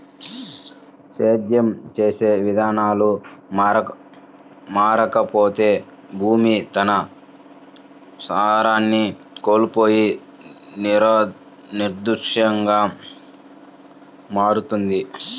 సేద్యం చేసే విధానాలు మారకపోతే భూమి తన సారాన్ని కోల్పోయి నిరర్థకంగా మారుతుంది